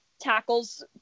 tackles